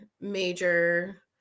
major